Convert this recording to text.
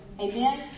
Amen